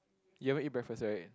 you haven't eat breakfast right